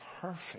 perfect